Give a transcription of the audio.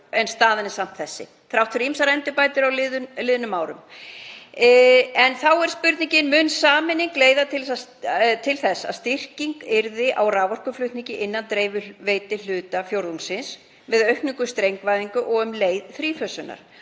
en staðan er samt þessi þrátt fyrir ýmsar endurbætur á liðnum árum. En þá er spurningin: Mun sameining leiða til þess að styrking verði á raforkuflutningi innan dreifiveituhluta fjórðungsins með aukningu strengvæðingar og um leið þrífösunar?